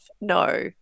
no